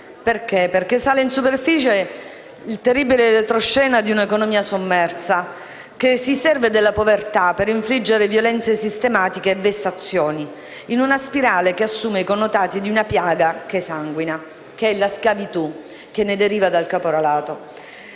perché sale in superficie il terribile retroscena di un'economia sommersa, che si serve della povertà per infliggere violenze sistematiche e vessazioni, in una spirale che assume i connotati di una piaga che sanguina, che è la schiavitù che deriva dal caporalato.